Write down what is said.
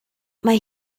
mae